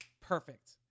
Perfect